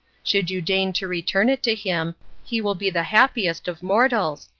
should you deign to return it to him he will be the happiest of mortals,